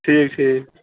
ٹھیٖک ٹھیٖک